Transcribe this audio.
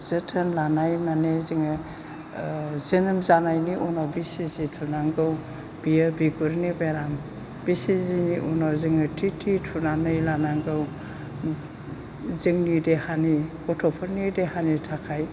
जोथोन लानाय माने जोङो जोनोम जानायनि उनाव बिजि थुनांगौ बेयो बिगुरनि बेराम बे सिजिनि उनाव जोङो टि टि थुनानै लानांगौ जोंनि देहानि गथ'फोरनि देहानि थाखाय